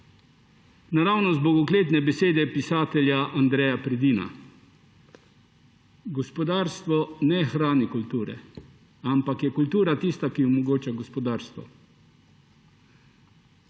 naravnost bogokletne besede pisatelja Andreja Predina: Gospodarstvo ne hrani kulture, ampak je kultura tista, ki omogoča gospodarstvo.